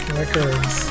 records